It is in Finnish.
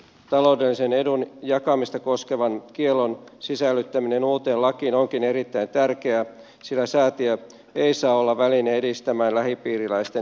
taloudellisen edun jakamista koskevan kiellon sisällyttäminen uuteen lakiin onkin erittäin tärkeää sillä säätiö ei saa olla väline edistämään lähipiiriläisten etuja